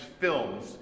films